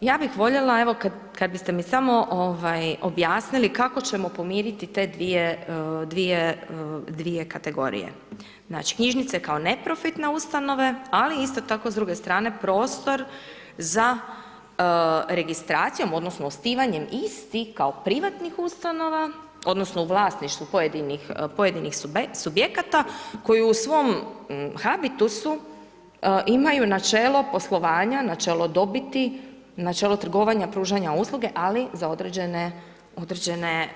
Ja bih voljela, evo kad biste mi samo objasnili, kako ćemo pomiriti te dvije kategorije, znači knjižnice kao neprofitne ustanove, ali isto tako s druge strane prostor za registraciju odnosno osnivanjem istih kao privatnih ustanova odnosno u vlasništvu pojedinih subjekata koji u svom habitusu imaju načelo poslovanja, načelo dobiti, načelo trgovanja pružanja usluge, ali za određene